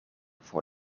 voor